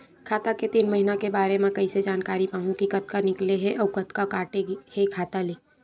खाता के तीन महिना के बारे मा कइसे जानकारी पाहूं कि कतका निकले हे अउ कतका काटे हे खाता ले?